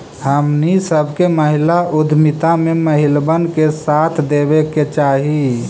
हमनी सब के महिला उद्यमिता में महिलबन के साथ देबे के चाहई